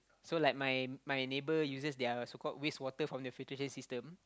so like my my neighbour uses their so called waste water from the filtration system